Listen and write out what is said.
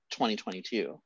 2022